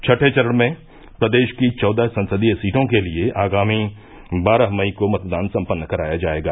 छठें चरण में प्रदेश की चौदह संसदीय सीटों के लिये आगामी बारह मई को मतदान सम्पन्न कराया जायेगा